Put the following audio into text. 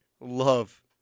love